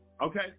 Okay